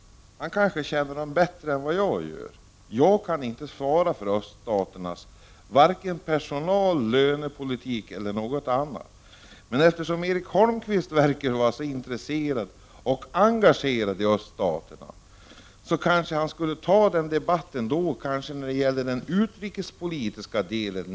Han kanske känner dem bättre än jag. Jag kan inte svara för öststaternas vare sig personalpolitik, lönepolitik eller något annat. Eftersom Erik Holmkvist verkar vara så intresserad av och engagerad i öststaterna, kanske han borde ta upp den debatten när kammaren behandlar ett betänkande om utrikespolitiken.